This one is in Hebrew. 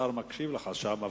השר מקשיב לך שם.